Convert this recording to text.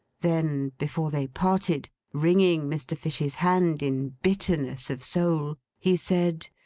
then, before they parted, wringing mr. fish's hand in bitterness of soul, he said,